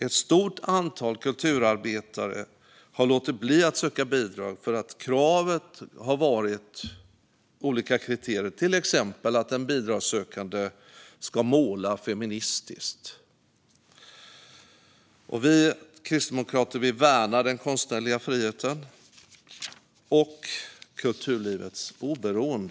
Ett stort antal kulturarbetare har låtit bli att söka bidrag för att det har funnits krav på olika kriterier, till exempel att den bidragssökande ska måla feministiskt. Fru talman! Vi kristdemokrater värnar den konstnärliga friheten och kulturlivets oberoende.